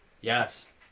yes